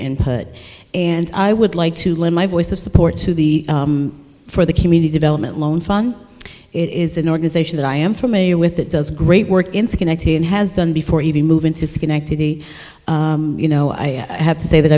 input and i would like to lend my voice of support to the for the community development loan fund it is an organization that i am familiar with that does great work in schenectady and has done before even move into connectivity you know i have to say that